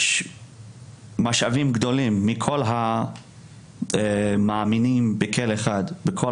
יש משאבים גדולים מכל המאמינים באל אחד מכל